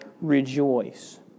rejoice